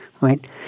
right